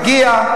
מגיע.